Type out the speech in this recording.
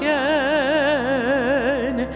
good